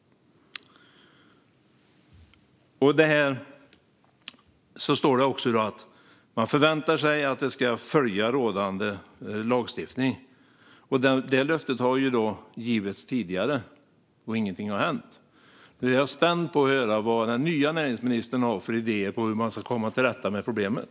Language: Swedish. Statsrådet sa också att man förväntar sig att Postnord ska följa rådande lagstiftning. Det löftet har givits tidigare, och inget har hänt. Nu är jag spänd på att höra vad den nya näringsministern har för idéer om hur man ska komma till rätta med problemet.